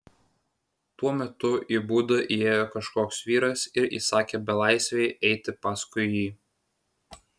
tuo metu į būdą įėjo kažkoks vyras ir įsakė belaisvei eiti paskui jį